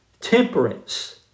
temperance